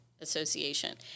association